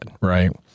right